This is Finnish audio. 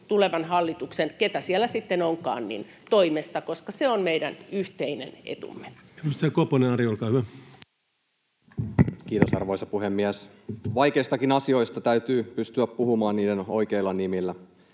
tulevan hallituksen toimesta, keitä siellä sitten onkaan, koska se on meidän yhteinen etumme. Edustaja Koponen, Ari, olkaa hyvä. Kiitos, arvoisa puhemies! Vaikeistakin asioista täytyy pystyä puhumaan niiden oikeilla nimillä.